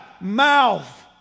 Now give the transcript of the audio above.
mouth